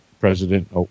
President